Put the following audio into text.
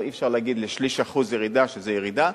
אבל אי-אפשר להגיד על שליש אחוז ירידה שזו ירידה.